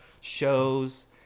shows